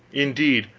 indeed,